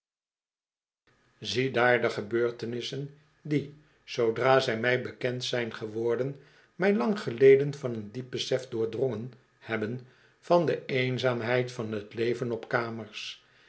ziedaar de gebeurtenissen die zoodra zij mij bekend zijn geworden mij lang geleden van een diep besef doordrongen hebben van de eenzaamheid van t leven op kamers